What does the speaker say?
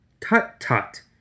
Tut-tut